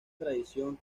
tradición